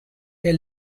der